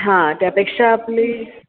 हां त्यापेक्षा आपली